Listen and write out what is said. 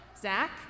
zach